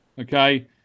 Okay